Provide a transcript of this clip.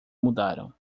mudaram